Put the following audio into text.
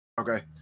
Okay